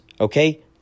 Okay